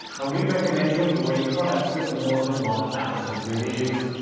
and we recommend you avoid products with more than one thousand reviews.